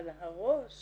אבל הראש